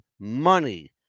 money